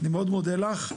אני מאוד מודה לך.